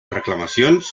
reclamacions